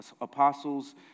apostles